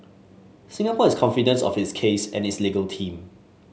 Singapore is confident of its case and its legal team